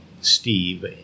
Steve